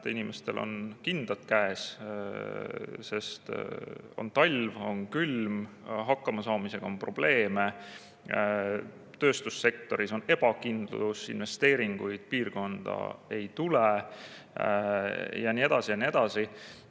et inimestel on kindad käes, sest on talv, on külm, hakkama saamisega on probleeme, tööstussektoris on ebakindlus, investeeringuid piirkonda ei tule ja nii edasi ja nii edasi. Kui